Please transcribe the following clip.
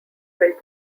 built